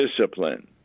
discipline